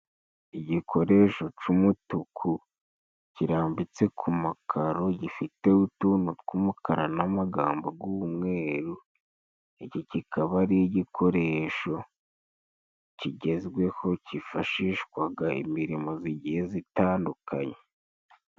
Igikoresho c'umutuku kirambitse ku makaro, gifite utuntu tw'umukara n'amagambo gw'umweru, iki kikaba ari igikoresho kigezweho cyifashishwaga imirimo z'igihe zitandukanye.